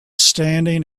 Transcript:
standing